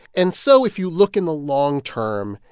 and so if you look in the long term,